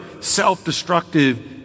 self-destructive